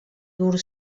dur